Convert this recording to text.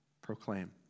Proclaim